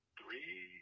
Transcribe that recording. three